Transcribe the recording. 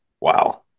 wow